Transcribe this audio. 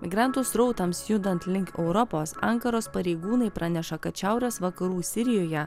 migrantų srautams judant link europos ankaros pareigūnai praneša kad šiaurės vakarų sirijoje